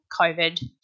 COVID